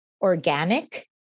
organic